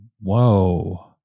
Whoa